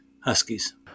Huskies